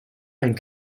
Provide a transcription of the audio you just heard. and